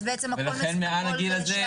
אז בעצם הכל שייך למדינה?